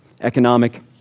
economic